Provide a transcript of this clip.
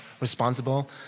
responsible